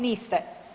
Niste.